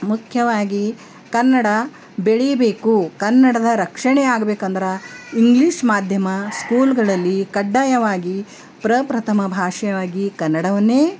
ಮುಖ್ಯವಾಗಿ ಕನ್ನಡ ಬೆಳೀಬೇಕು ಕನ್ನಡದ ರಕ್ಷಣೆ ಆಗಬೇಕಂದ್ರ ಇಂಗ್ಲೀಷ್ ಮಾಧ್ಯಮ ಸ್ಕೂಲ್ಗಳಲ್ಲಿ ಕಡ್ಡಾಯವಾಗಿ ಪ್ರಪ್ರಥಮ ಭಾಷೆಯಾಗಿ ಕನ್ನಡವನ್ನೇ